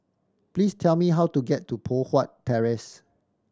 please tell me how to get to Poh Huat Terrace